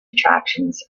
attractions